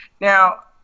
Now